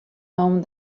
home